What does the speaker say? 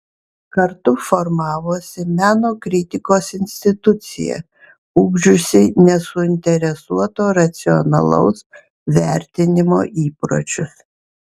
kartu formavosi meno kritikos institucija ugdžiusi nesuinteresuoto racionalaus vertinimo įpročius